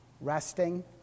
resting